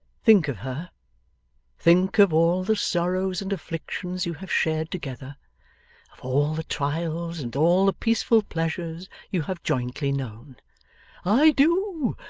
think of her think of all the sorrows and afflictions you have shared together of all the trials, and all the peaceful pleasures, you have jointly known i do.